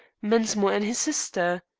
mensmore and his sister?